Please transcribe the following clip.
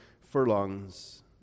furlongs